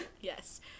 yes